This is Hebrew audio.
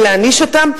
ולהעניש אותם.